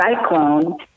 cyclone